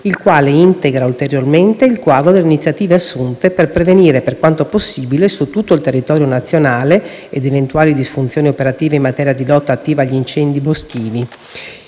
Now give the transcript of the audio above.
il quale integra ulteriormente il quadro delle iniziative assunte per prevenire, per quanto possibile, su tutto il territorio nazionale, eventuali disfunzioni operative in materia di lotta attiva agli incendi boschivi.